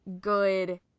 good